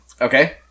Okay